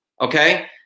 okay